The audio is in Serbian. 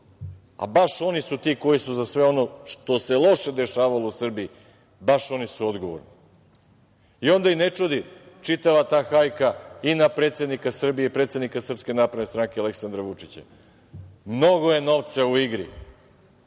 a baš oni su ti koji su za sve ono što se loše dešavalo u Srbiji baš oni su odgovorni. Onda i ne čudi čitava ta hajka i na predsednika Srbije i predsednika SNS Aleksandra Vučića. Mnogo je novca u igri,